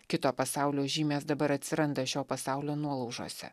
kito pasaulio žymės dabar atsiranda šio pasaulio nuolaužose